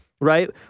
right